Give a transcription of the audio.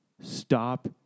Stop